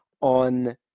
on